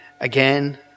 again